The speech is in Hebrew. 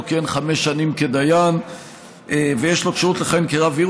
כיהן חמש שנים כדיין ויש לו כשירות לכהן כרב עיר,